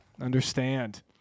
Understand